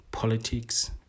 politics